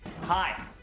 Hi